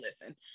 listen